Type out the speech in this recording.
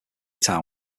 town